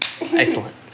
Excellent